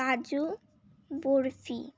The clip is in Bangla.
কাজু বরফি